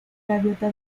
gaviota